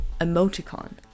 emoticon